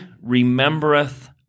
remembereth